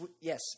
yes